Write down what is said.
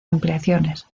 ampliaciones